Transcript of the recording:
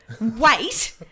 Wait